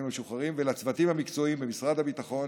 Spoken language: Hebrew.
המשוחררים ולצוותים המקצועיים במשרד הביטחון,